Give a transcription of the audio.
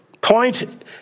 point